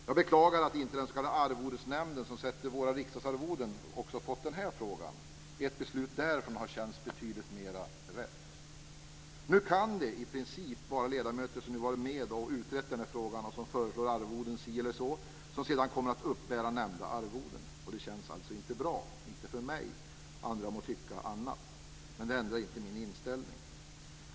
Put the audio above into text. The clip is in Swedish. Jag beklagar att inte den s.k. Arvodesnämnden som sätter våra riksdagsarvoden också har fått den här frågan. Ett beslut där skulle ha känts betydligt mera rätt. Nu kan det i princip vara ledamöter som har varit med och utrett frågan och som föreslår arvoden si eller så som sedan kommer att uppbära nämnda arvoden. Det känns inte bra - inte för mig. Andra må tycka annat. Men det ändrar inte min inställning.